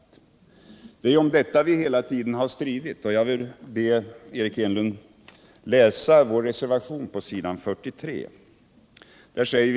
Det är om detta vi hela tiden har stritt, och jag vill be Eric Enlund läsa vår re servation på s. 43.